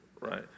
right